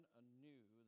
anew